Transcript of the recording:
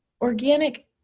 organic